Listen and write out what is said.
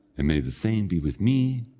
and may the same be with me,